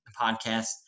podcast